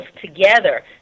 together